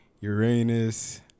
Uranus